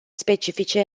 specifice